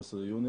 ב-15 ביוני,